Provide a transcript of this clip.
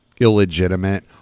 illegitimate